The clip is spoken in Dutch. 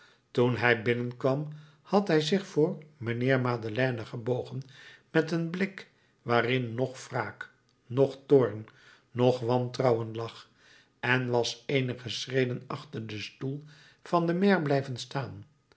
toen hij binnenkwam had hij zich voor mijnheer madeleine gebogen met een blik waarin noch wraak noch toorn noch wantrouwen lag en was eenige schreden achter den stoel van den maire blijven staan